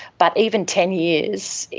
but even ten years,